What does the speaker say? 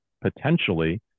potentially